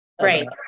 right